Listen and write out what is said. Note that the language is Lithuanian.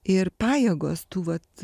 ir pajėgos tų vat